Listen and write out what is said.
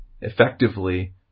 effectively